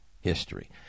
history